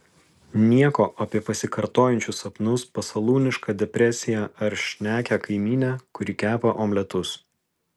nieko apie pasikartojančius sapnus pasalūnišką depresiją ar šnekią kaimynę kuri kepa omletus